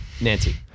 Nancy